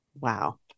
wow